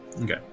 Okay